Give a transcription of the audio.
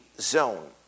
zone